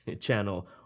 channel